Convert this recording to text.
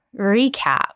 recap